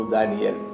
Daniel